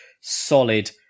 solid